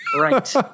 Right